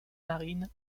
marine